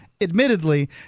admittedly